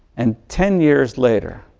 and ten years later,